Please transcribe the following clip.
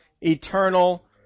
eternal